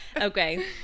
Okay